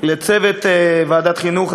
לצוות ועדת החינוך,